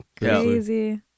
crazy